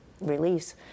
release